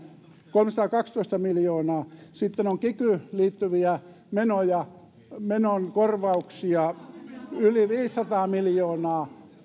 kolmesataakaksitoista miljoonaa sitten on kikyyn liittyviä menonkorvauksia yli viisisataa miljoonaa